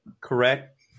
correct